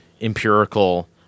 empirical